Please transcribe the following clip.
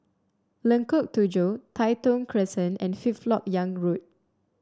Lengkok Tujoh Tai Thong Crescent and Fifth LoK Yang Road